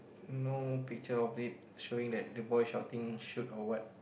no picture of it showing that the boy shouting shoot or what